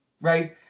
right